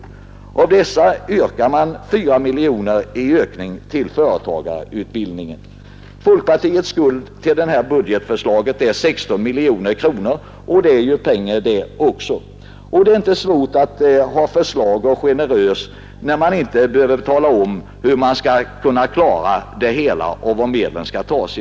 Av dessa yrkar man 4 miljoner i ökning till företagarutbildningen. Folkpartiets skuld till detta budgetförslag är 16 miljoner, och det är också pengar. Men det är inte svårt att komma med förslag och vara generös när man inte behöver tala om varifrån medlen skall tas.